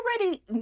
already